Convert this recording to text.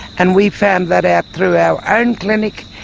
and we found that out through our own clinic,